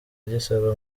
gisaba